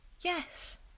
Yes